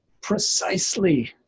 precisely